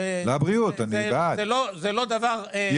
זה לא דבר פגום.